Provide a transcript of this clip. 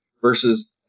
versus